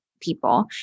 people